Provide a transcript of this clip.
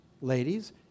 ladies